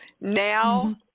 Now